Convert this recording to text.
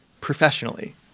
professionally